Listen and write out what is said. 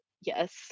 yes